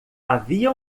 havia